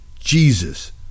Jesus